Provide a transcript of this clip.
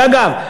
אגב,